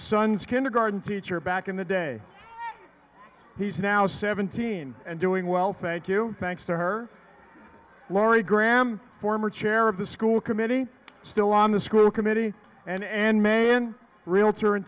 son's kindergarten teacher back in the day he's now seventeen and doing well thank you thanks to her laurie graham former chair of the school committee still on the school committee and end may end realtor in